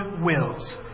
wills